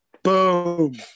Boom